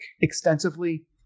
extensively